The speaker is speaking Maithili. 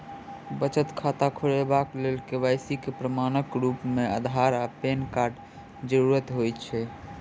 बचत खाता खोलेबाक लेल के.वाई.सी केँ प्रमाणक रूप मेँ अधार आ पैन कार्डक जरूरत होइ छै